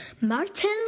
Martin